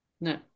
No